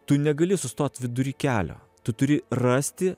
tu negali sustot vidury kelio tu turi rasti